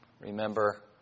Remember